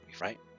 right